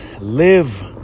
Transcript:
live